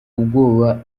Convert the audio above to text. ubwoba